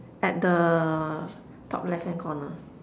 at the top left hand corner